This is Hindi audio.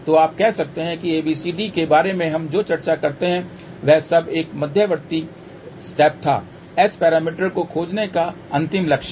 तो आप कह सकते हैं कि ABCD के बारे में हम जो चर्चा करते हैं वह सब एक मध्यवर्ती स्टेप था s पैरामीटर को खोजने का अंतिम लक्ष्य